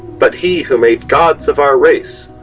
but he who made gods of our race,